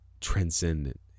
transcendent